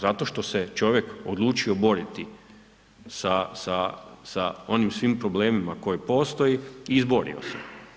Zato što se čovjek odlučio boriti sa onim svim problemima koji postoje i izborio se.